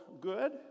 good